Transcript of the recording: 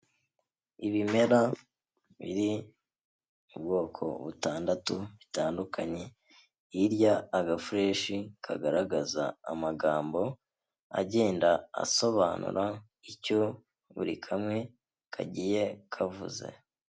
Ibimera biri mu bwoko butandatu butandukanye, hirya agafureshi kagaragaza amagambo agenda asobanura icyo buri kamwe kagiye kavuze.